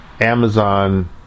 Amazon